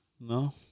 No